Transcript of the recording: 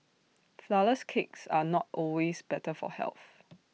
Flourless Cakes are not always better for health